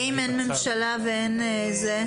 ואם אין ממשלה ואין זה?